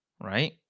right